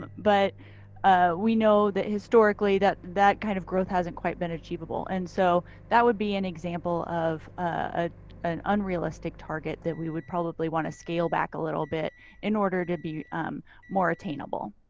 but we know that historically that that kind of growth hasn't quite been achievable. and so that would be an example of ah an unrealistic target that we would probably want to scale back a little bit in order to be more attainable.